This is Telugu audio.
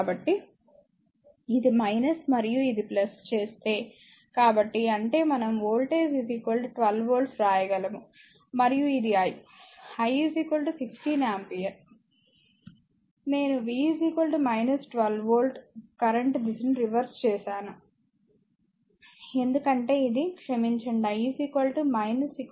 కాబట్టి ఇది మరియు ఇది చేస్తే కాబట్టి అంటేమనం వోల్టేజ్ 12 వోల్ట్ వ్రాయగలము మరియు ఇది I I 16 ఆంపియర్ నేను V 12 వోల్ట్ కరెంట్ దిశను రివర్స్ చేసాను ఎందుకంటే ఇది క్షమించండి I 16 ఆంపియర్